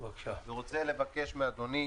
ורוצה לבקש מאדוני